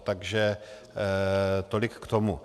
Takže tolik k tomu.